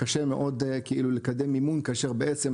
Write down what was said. קשה מאוד לקדם מימון כאשר בעצם,